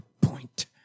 point